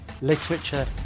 Literature